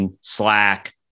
Slack